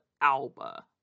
Alba